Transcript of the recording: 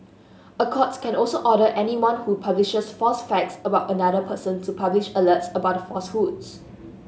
a court can also order anyone who publishes false facts about another person to publish alerts about the falsehoods